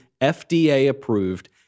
FDA-approved